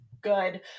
good